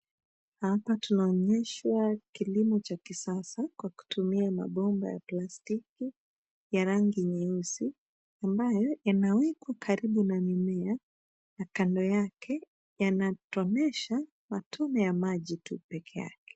Hapa tunaonyeshwa kilimo cha kisasa kwa kutumia mabomba ya plastiki ya rangi nyeusi ambayo yanawekwa karibu na mimea na kando yake yanatonesha matone ya maji tu pekee yake.